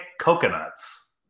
coconuts